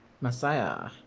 Messiah